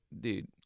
dude